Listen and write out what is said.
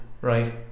Right